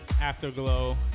Afterglow